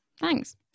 thanks